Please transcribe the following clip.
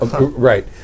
Right